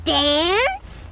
dance